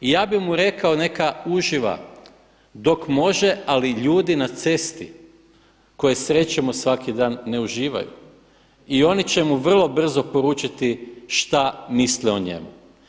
I ja bih mu rekao neka uživa dok može, ali ljudi na cesti koje srećemo svaki dan ne uživaju i oni će mu vrlo brzo poručiti šta misle o njemu.